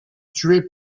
tué